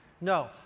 No